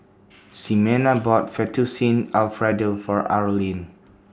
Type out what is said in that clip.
Ximena bought Fettuccine Alfredo For Arlyne